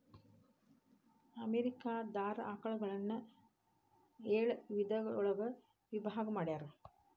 America ದಾರ ಆಕಳುಗಳನ್ನ ಏಳ ವಿಧದೊಳಗ ವಿಭಾಗಾ ಮಾಡ್ಯಾರ